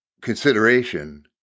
consideration